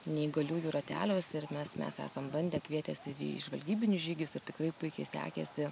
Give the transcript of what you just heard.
neįgaliųjų rateliuose ir mes mes esam bandę kvietęsi jų į žvalgybinius žygius ir tikrai puikiai sekėsi